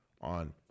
on